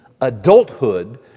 adulthood